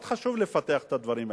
מאוד חשוב לפתח את הדברים האלה,